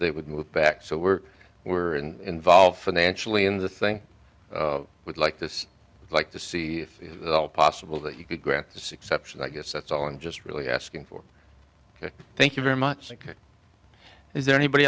they would move back so we're we're in volved financially in the thing i would like this like to see if at all possible that you could grant this exception i guess that's all i'm just really asking for ok thank you very much like is there anybody